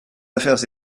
affaires